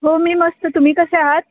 हो मी मस्त तुम्ही कसे आहात